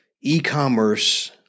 e-commerce